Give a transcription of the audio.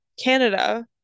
canada